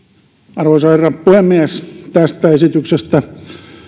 arvoisa herra puhemies tästä esityksestä